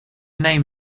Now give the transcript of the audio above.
name